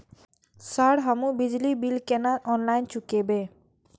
Sir हमू बिजली bill केना ऑनलाईन चुकेबे?